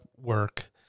work